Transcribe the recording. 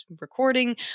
recording